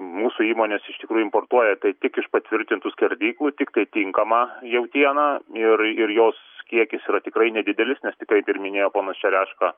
mūsų įmonės iš tikrųjų importuoja tai tik iš patvirtintų skerdyklų tiktai tinkamą jautieną ir ir jos kiekis yra tikrai nedidelis nes ir kaip minėjo ponas čereška